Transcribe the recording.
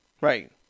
Right